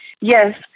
Yes